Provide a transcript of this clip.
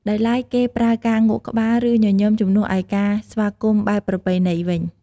ដោយឡែក គេប្រើការងក់ក្បាល ឬ ញញឹម ជំនួសឲ្យការស្វាគមន៍បែបប្រពៃណីវិញ។